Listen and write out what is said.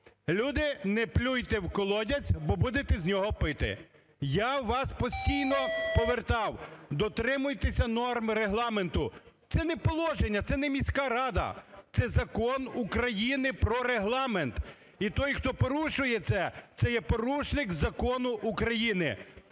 люди, не плюйте в колодязь, бо будете з нього пити. Я вас постійно повертав: дотримуйтеся норм Регламенту. Це не положення, це не міська рада, це Закон України "Про Регламент". І той, хто порушує це, це є порушник Закону України,